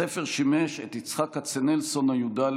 הספר שימש את יצחק קצנלסון הי"ד,